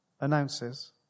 announces